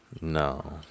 No